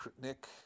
Nick